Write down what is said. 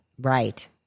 Right